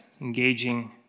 engaging